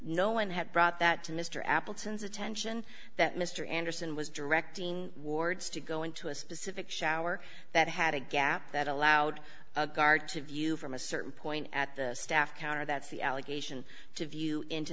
no one had brought that to mr appleton's attention that mr anderson was directing wards to go into a specific shower that had a gap that allowed the guard to view from a certain point at the staff counter that's the allegation to view into